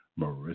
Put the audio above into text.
Marissa